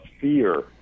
fear